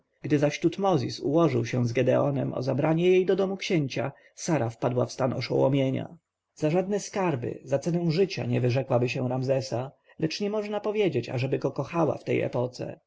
zaś tutmozis ułożył się z gedeonem o zabranie jej do domu księcia sara wpadła w stan oszołomienia za żadne skarby za cenę życia nie wyrzekłaby się ramzesa lecz nie można powiedzieć ażeby go kochała w tej epoce